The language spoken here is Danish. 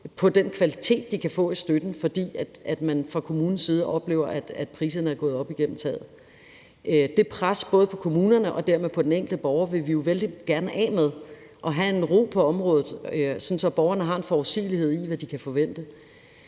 mange borgere med handicap oplever, fordi man fra kommunens side oplever, at priserne er gået op gennem taget. Kl. 18:09 Det pres, der er på både kommunerne og dermed den enkelte borger, vil vi vældig gerne af med og få en ro på området, så borgerne har en forudsigelighed i, hvad de kan forvente.